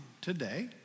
today